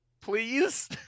please